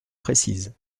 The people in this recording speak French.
précise